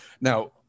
Now